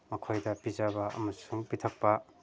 ꯃꯈꯣꯏꯗ ꯄꯤꯖꯕ ꯑꯃꯁꯨꯡ ꯄꯤꯊꯛꯄ